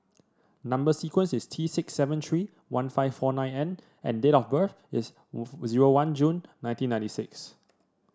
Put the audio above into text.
number sequence is T six seven three one five four nine N and date of birth is zero one June nineteen ninety six